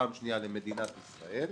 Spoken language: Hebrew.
פעם שנייה למדינת ישראל,